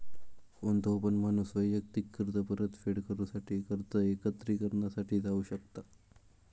कोणतो पण माणूस वैयक्तिक कर्ज परतफेड करूसाठी कर्ज एकत्रिकरणा साठी जाऊ शकता